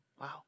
Wow